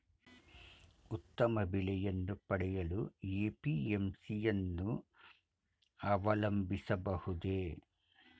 ಉತ್ತಮ ಬೆಲೆಯನ್ನು ಪಡೆಯಲು ಎ.ಪಿ.ಎಂ.ಸಿ ಯನ್ನು ಅವಲಂಬಿಸಬಹುದೇ?